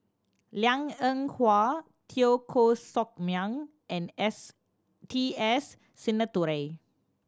Liang Eng Hwa Teo Koh Sock Miang and S T S Sinnathuray